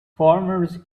farmers